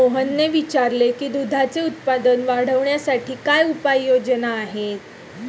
मोहनने विचारले की दुधाचे उत्पादन वाढवण्यासाठी काय उपाय योजना आहेत?